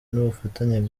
n’ubufatanye